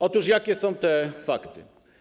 Otóż jakie są te fakty?